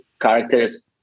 characters